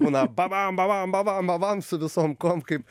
būna pabam pabam pabam pabam su visom kuom kaip